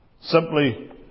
Simply